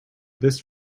this